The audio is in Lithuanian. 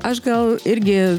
aš gal irgi